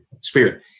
spirit